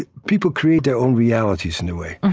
ah people create their own realities in a way.